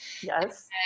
Yes